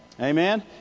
Amen